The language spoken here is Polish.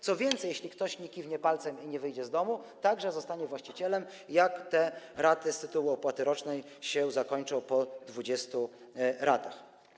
Co więcej, jeśli ktoś nie kiwnie palcem i nie wyjdzie z domu, także zostanie właścicielem, jak te raty z tytułu opłaty rocznej się zakończą, po 20 ratach.